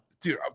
dude